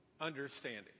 understanding